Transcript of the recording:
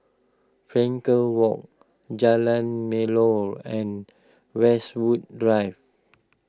Frankel Walk Jalan Melor and Westwood Drive